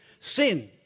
sin